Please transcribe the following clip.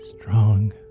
strong